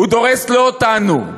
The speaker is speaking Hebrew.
הוא דורס לא אותנו,